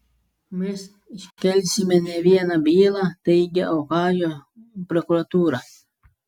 mes iškelsime ne vieną bylą teigia ohajo prokuratūra